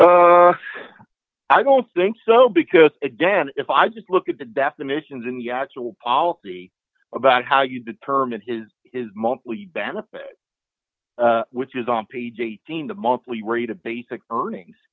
i don't think so because again if i just look at the definitions in the actual policy about how you determine his monthly benefit which is on page eighteen the monthly rate of basic earnings